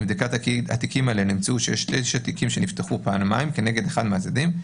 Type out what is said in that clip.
מבדיקת התיקים האלה נמצא שיש 9 תיקים שנפתחו פעמיים כנגד אחד מהצדדים,